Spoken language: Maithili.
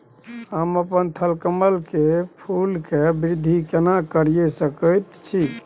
हम अपन थलकमल के फूल के वृद्धि केना करिये सकेत छी?